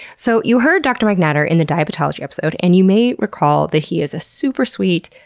so, you heard dr. mike natter in the diabetology episode, and you may recall that he is a super sweet,